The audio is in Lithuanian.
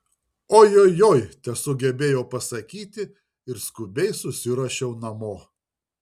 ojojoi tesugebėjau pasakyti ir skubiai susiruošiau namo